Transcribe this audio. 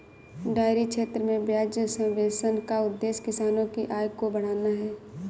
dairy क्षेत्र में ब्याज सब्वेंशन का उद्देश्य किसानों की आय को बढ़ाना है